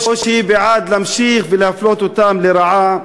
או שהיא בעד להמשיך להפלות אותם לרעה?